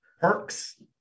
Perks